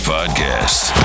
Podcast